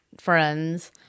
friends